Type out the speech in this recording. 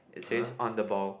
it says on the ball